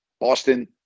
Boston